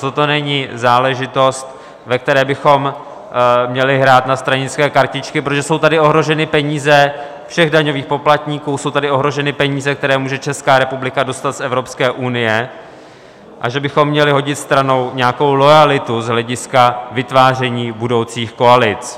Toto není záležitost, ve které bychom měli hrát na stranické kartičky, protože jsou tady ohroženy peníze všech daňových poplatníků, jsou tady ohroženy peníze, které může Česká republika dostat z Evropské unie, a že bychom měli hodit stranou nějakou loajalitu z hlediska vytváření budoucích koalic.